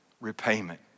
repayment